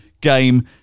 game